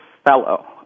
Fellow